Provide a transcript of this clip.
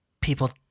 people